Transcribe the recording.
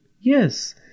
Yes